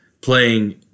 playing